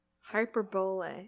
hyperbole